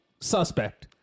suspect